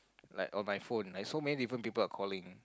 like on my phone like so many different people are calling